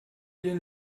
dir